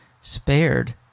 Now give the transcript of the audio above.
spared